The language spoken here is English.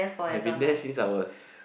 I have been there since I was